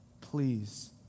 please